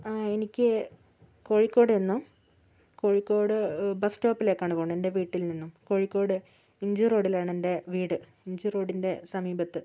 ആ എനിക്ക് കോഴിക്കോട് നിന്നും കോഴിക്കോട് ബസ്സ് സ്റ്റോപ്പിലേക്കാണ് പോകേണ്ടത് എൻ്റെ വീട്ടിൽ നിന്നും കോഴിക്കോട് എം ജി റോഡിലാണ് എൻ്റെ വീട് എം ജി റോഡിൻ്റെ സമീപത്ത്